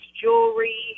jewelry